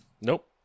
Nope